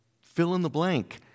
fill-in-the-blank